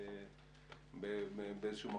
באיזה מקום,